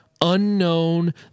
unknown